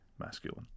masculine